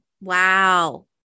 Wow